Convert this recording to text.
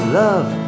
love